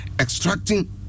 extracting